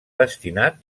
destinat